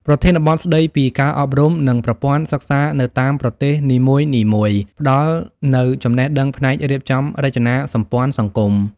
ប្រធានបទស្ដីពីការអប់រំ និងប្រព័ន្ធសិក្សានៅតាមប្រទេសនីមួយៗ ផ្ដល់នូវចំណេះដឹងផ្នែករៀបចំរចនាសម្ព័ន្ធសង្គម។